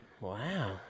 Wow